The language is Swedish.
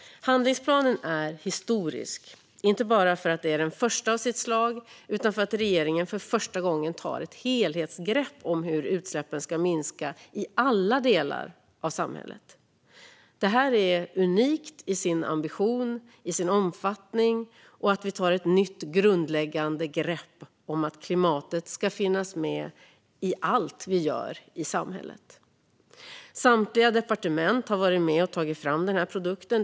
Handlingsplanen är historisk, inte bara för att den är den första av sitt slag utan också för att regeringen för första gången tar ett helhetsgrepp om hur utsläppen ska minska i alla delar av samhället. Det här är unikt i sin ambition, i sin omfattning och i att vi tar ett nytt grundläggande grepp om att klimatet ska finnas med i allt vi gör i samhället. Samtliga departement har varit med och tagit fram den här produkten.